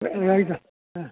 ರೈತ ಹಾಂ